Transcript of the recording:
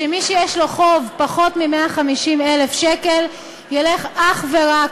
ומי שיש לו חוב שהוא פחות מ-150,000 שקל ילך אך ורק